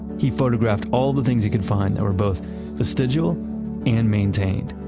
he photographed all the things he could find that were both vestigial and maintained.